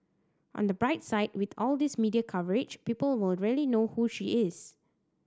on the bright side with all these media coverage people will really know who she is